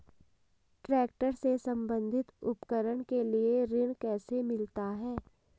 Tractor से संबंधित उपकरण के लिए ऋण कैसे मिलता है?